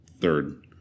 third